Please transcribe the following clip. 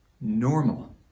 normal